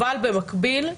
במקביל,